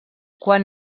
quan